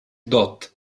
dott